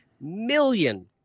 million